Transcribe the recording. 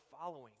following